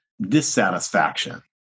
dissatisfaction